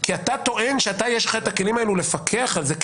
כי אתה טוען שיש לך את הכלים האלו לפקח על זה,